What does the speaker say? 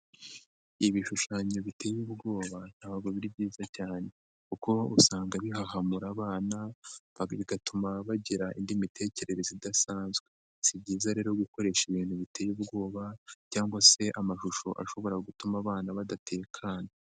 Ibishushanyo biteye ubwoba ntabwo biri byiza cyane kuko usanga bihahamura abana, bigatuma bagira indi mitekerereze idasanzwe. Si byiza rero gukoresha ibintu biteye ubwoba cyangwa se amashusho ashobora gutuma abana badatekana.